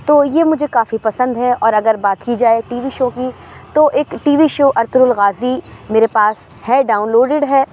تو یہ مجھے کافی پسند ہے اور اگر بات کی جائے ٹی وی شو کی تو ایک T V show Ertugrul Ghazi میرے پاس ہے ڈاؤن لوڈیڈ ہے